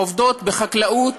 עובדות בחקלאות,